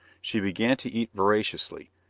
she began to eat voraciously,